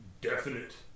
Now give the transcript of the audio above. definite